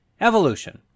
Evolution